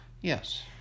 yes